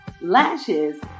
Lashes